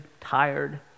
tired